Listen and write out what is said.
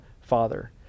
father